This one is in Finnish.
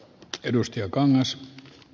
arvoisa puhemies